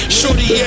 Shorty